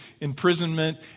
imprisonment